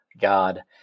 God